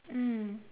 mm